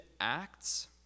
acts